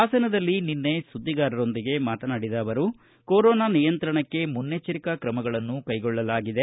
ಹಾಸನದಲ್ಲಿ ನಿನ್ನೆ ಸುದ್ದಿಗಾರರೊಂದಿಗೆ ಮಾತನಾಡಿದ ಅವರು ಕೊರೊನಾ ನಿಯಂತ್ರಣಕ್ಕೆ ಮುನ್ನಚ್ಚೆರಿಕಾ ತ್ರಮಗಳನ್ನು ಕೈಗೊಳ್ಳಲಾಗಿದೆ